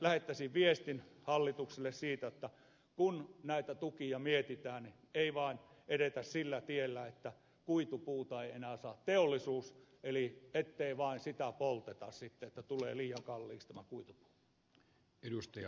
lähettäisin viestin hallitukselle siitä että kun näitä tukia mietitään niin ei vaan edettäisi sillä tiellä että kuitupuuta ei enää saa teollisuus eli ettei vain sitä polteta sitten että tulee liian kalliiksi tämä kuitupuu